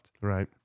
Right